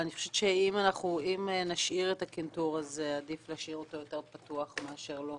אני חושבת שאם נשאיר את הקנטור אז עדיף להשאיר אותו יותר פתוח מאשר לא.